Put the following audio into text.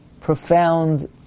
profound